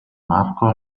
marco